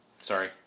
Sorry